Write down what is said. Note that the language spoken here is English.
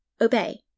Obey